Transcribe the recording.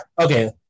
Okay